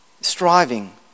striving